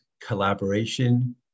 collaboration